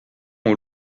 aux